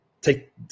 take